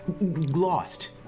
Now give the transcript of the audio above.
Lost